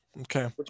okay